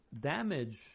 damage